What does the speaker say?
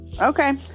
Okay